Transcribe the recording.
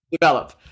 develop